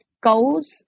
goals